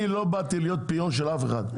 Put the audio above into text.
אני לא באתי להיות פיון של אף אחד.